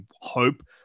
hope